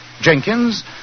Jenkins